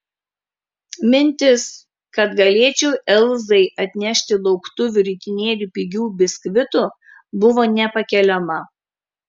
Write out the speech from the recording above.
mintis kad galėčiau elzai atnešti lauktuvių ritinėlį pigių biskvitų buvo nepakeliama